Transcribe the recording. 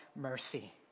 mercy